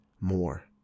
more